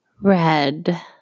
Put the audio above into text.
Red